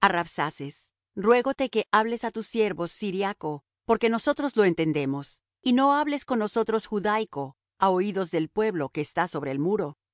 rabsaces ruégote que hables á tus siervos siriaco porque nosotros lo entendemos y no hables con nosotros judaico á oídos del pueblo que está sobre el muro